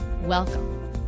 Welcome